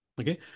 Okay